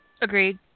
Agreed